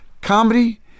Comedy